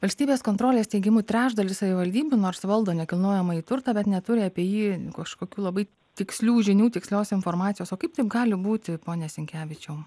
valstybės kontrolės teigimu trečdalis savivaldybių nors valdo nekilnojamąjį turtą bet neturi apie jį kažkokių labai tikslių žinių tikslios informacijos o kaip taip gali būti pone sinkevičiau